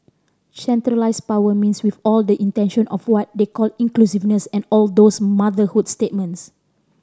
centralised power means with all the intention of what they call inclusiveness and all those motherhood statements